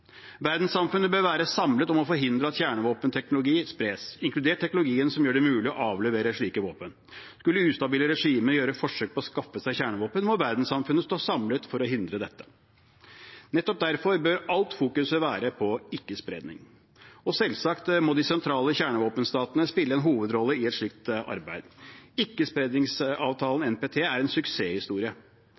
Verdenssamfunnet bør være samlet om å forhindre at kjernevåpenteknologi spres, inkludert teknologien som gjør det mulig å avlevere slike våpen. Skulle ustabile regimer gjøre forsøk på å skaffe seg kjernevåpen, må verdenssamfunnet stå samlet for å hindre dette. Nettopp derfor bør all fokusering være på ikke-spredning, og selvsagt må de sentrale kjernevåpenstatene spille en hovedrolle i et slikt arbeid. Ikkespredningsavtalen, NPT, er en suksesshistorie.